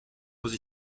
muss